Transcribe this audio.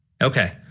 Okay